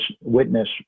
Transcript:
witness